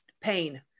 pain